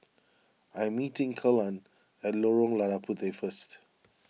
I am meeting Kelan at Lorong Lada Puteh first